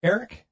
Eric